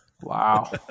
Wow